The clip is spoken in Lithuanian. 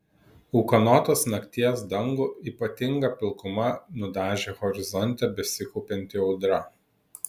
ūkanotos nakties dangų ypatinga pilkuma nudažė horizonte besikaupianti audra